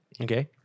Okay